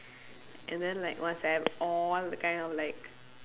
and then like must have all the kind of like